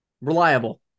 Reliable